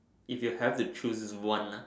if you have to choose one nah